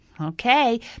Okay